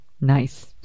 nice